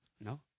no